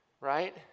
Right